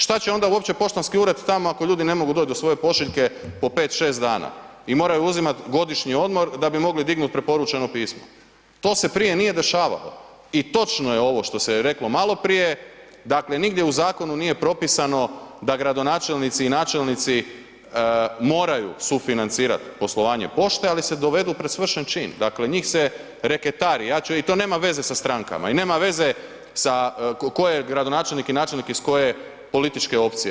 Šta će onda uopće poštanski ured tamo ako ljudi ne mogu doć do svoje pošiljke po 5-6 dana i moraju uzimat godišnji odmor da bi mogli dignut preporučeno pismo, to se prije nije dešavalo i točno je ovo što se je reklo maloprije, dakle nigdje u zakonu nije propisano da gradonačelnici i načelnici moraju sufinancirat poslovanje pošte, ali se dovedu pred svršen čin, dakle njih se reketari jače i to nema veze sa strankama i nema veze sa, tko je gradonačelnik i načelnik iz koje političke opcije.